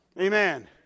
Amen